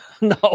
no